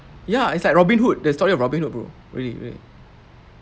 ya it's like robin hood the story of robin hood bro really really